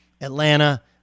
Atlanta